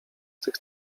tych